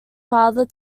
father